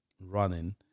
running